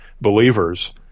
believers